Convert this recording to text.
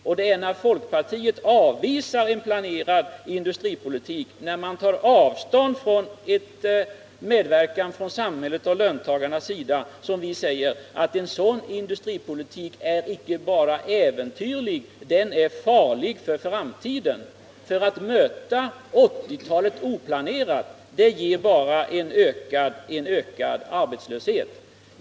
Och det är när folkpartiet avvisar en planerad industripolitik och tar avstånd från en medverkan från samhällets och löntagarnas sida som vi säger att en sådan industripolitik inte bara är äventyrlig utan farlig för framtiden. Att möta 1980-talet oplanerat ger bara ökad arbetslöshet.